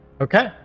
Okay